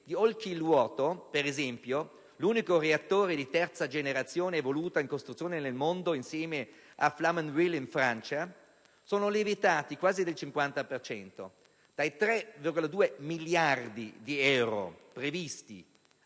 di Olkiluoto, per esempio (l'unico reattore di terza generazione evoluta in costruzione nel mondo insieme a Flamanville, in Francia), sono lievitati quasi del 50 per cento: dai 3,2 miliardi di euro previsti